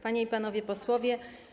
Panie i Panowie Posłowie!